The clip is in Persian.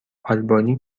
آلبانی